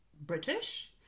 British